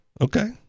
Okay